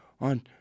on